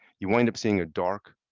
you wind up seeing a dark